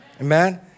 Amen